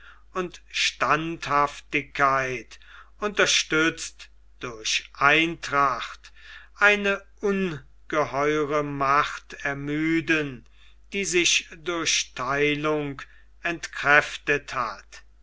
und standhaftigkeit unterstützt durch eintracht eine ungeheure macht ermüden die sich durch theilung entkräftet hat